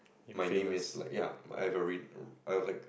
my name is like ya I have re~ I have like